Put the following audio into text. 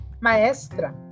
Maestra